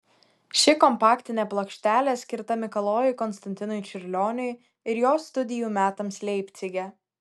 ši kompaktinė plokštelė skirta mikalojui konstantinui čiurlioniui ir jo studijų metams leipcige